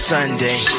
Sunday